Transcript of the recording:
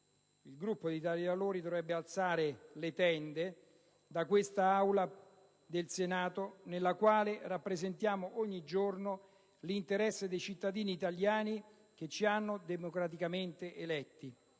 il Gruppo dell'Italia dei Valori dovrebbe "alzare le tende" dall'Aula del Senato, nella quale rappresentiamo ogni giorno l'interesse dei cittadini italiani che ci hanno democraticamente eletti.